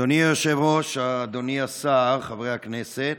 אדוני היושב-ראש, אדוני השר, חברי הכנסת,